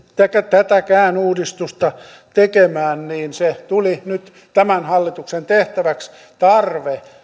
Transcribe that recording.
tätäkään uudistusta tekemään niin se tuli nyt tämän hallituksen tehtäväksi tarve